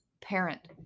parent